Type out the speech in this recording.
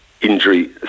Injury